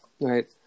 Right